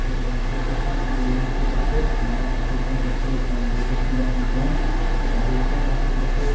تہٕ وۄنۍ چھِ أسۍ یژھان بیٚیہِ ؤریہِ تہِ گژھو مگر اصٕل پٲٹھۍ گژھو یہِ ژنٛگہٕ گی گژھہِ نہٕ گژھٕنۍ کیٚنٛہہ ٲں رٕتۍ پٲٹھۍ ہسا گژھو